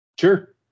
Sure